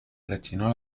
rechinó